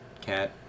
cat